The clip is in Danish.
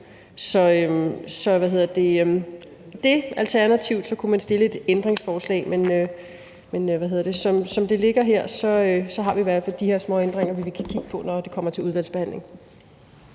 Alternativt kunne man stille et ændringsforslag. Men som det ligger her, har vi i hvert fald de her småændringer, vi vil kigge på, når forslaget kommer til udvalgsbehandling.